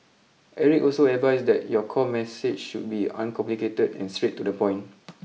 Eric also advised that your core message should be uncomplicated and straight to the point